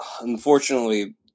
unfortunately